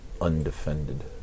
undefended